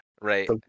right